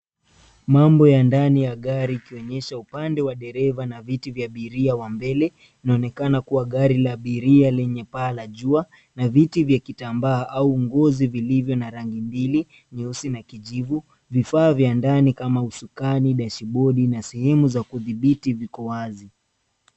Mambo ya ndani ya gari ikionyesha upande wa dereva na viti vya abiria wa mbele. Inaonekana kuwa gari la abiria lenye paa la jua na viti vya kitambaa au ngozi vilivyo na rangi mbili vyeusi na kijivu. Vifaa vya ndani kama husukani, dashibodi na sehemu za kudhibiti viko wazi.